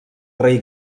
rei